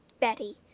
Betty